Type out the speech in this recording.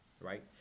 right